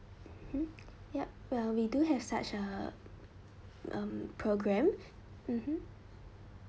mmhmm yup ya we do have such a um programme mmhmm